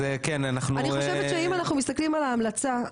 אני חושבת שאם אנחנו מסתכלים על ההמלצה,